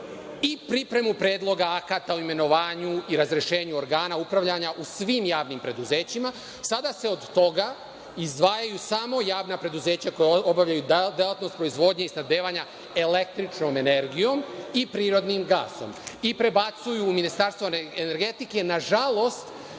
i pripremu predloga akata o imenovanju i razrešenju organa upravljanja u svim javnim preduzećima. Sada se od toga izdvajaju samo javna preduzeća koja obavljaju delatnost proizvodnje i snabdevanja električnom energijom i prirodnim gasom, i prebacuju u Ministarstvo energetike, na žalost